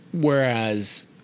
Whereas